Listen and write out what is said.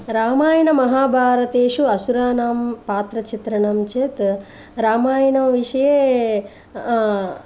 रामायणमहाभारतेषु असुराणां पात्रचित्रणं चेत् रामायणविषये